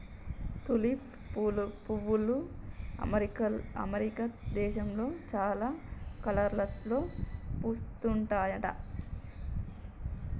tulip పువ్వులు America దేశంలో చాలా కలర్లలో పూస్తుంటాయట